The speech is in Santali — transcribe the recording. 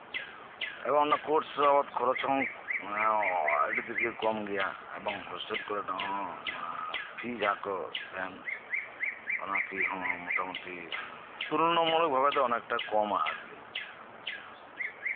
ᱮᱵᱚᱝ ᱚᱱᱟ ᱠᱳᱨᱥ ᱠᱷᱚᱨᱚᱪ ᱦᱚᱸ ᱟᱹᱰᱤ ᱛᱮᱫ ᱜᱮ ᱠᱚᱢ ᱜᱮᱭᱟ ᱮᱵᱚᱝ ᱦᱳᱥᱴᱮᱞ ᱠᱚᱨᱮᱫ ᱦᱚᱸ ᱯᱷᱤ ᱡᱟᱦᱟᱸ ᱠᱚ ᱛᱟᱦᱮᱱ ᱚᱱᱟ ᱯᱷᱤ ᱦᱚᱸ ᱢᱚᱴᱟᱢᱩᱴᱤ ᱛᱩᱞᱚᱱᱟᱢᱩᱞᱚᱠ ᱵᱷᱟᱵᱮ ᱫᱚ ᱚᱱᱮᱠᱴᱟ ᱠᱚᱢᱟ ᱟᱨᱠᱤ